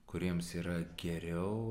kuriems yra geriau